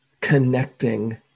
connecting